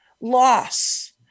loss